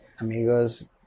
Amigos